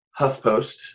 HuffPost